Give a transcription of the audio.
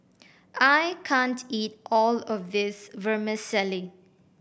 I can't eat all of this Vermicelli